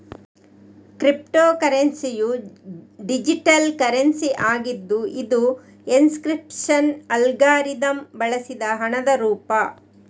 crypto ಕರೆನ್ಸಿಯು digital currency ಆಗಿದ್ದು ಇದು ಎನ್ಕ್ರಿಪ್ಶನ್ ಅಲ್ಗಾರಿದಮ್ ಬಳಸಿದ ಹಣದ ರೂಪ